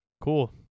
Cool